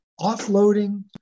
offloading